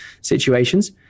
situations